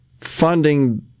funding